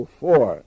four